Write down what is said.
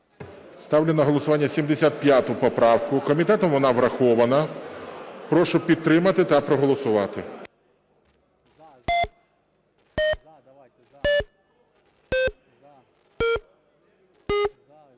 Ставлю на голосування 75 поправку. Комітетом вона врахована. Прошу підтримати та проголосувати.